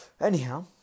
Anyhow